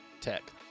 tech